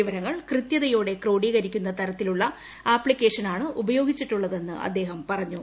വിവരങ്ങൾ കൃത്യതയോടെ ക്രോഡ്ടീക്തിക്കുന്ന തരത്തിലുള്ള ആപ്തിക്കേഷനാണ് ഉപയോഗിച്ചിട്ടുള്ളതെന്ന് ആദ്ദേഹം പറഞ്ഞു